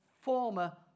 former